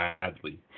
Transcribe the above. badly